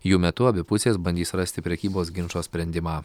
jų metu abi pusės bandys rasti prekybos ginčo sprendimą